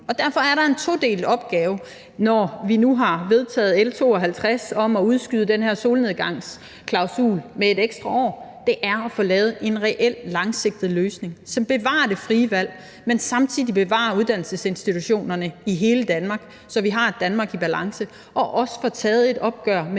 Derfor er der en todelt opgave, når vi nu har vedtaget L 52 om at udskyde den her solnedgangsklausul med et ekstra år. Og det er at få lavet en reel, langsigtet løsning, som bevarer det frie valg, men samtidig bevarer uddannelsesinstitutionerne i hele Danmark, så vi har et Danmark i balance og også få taget et opgør med